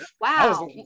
Wow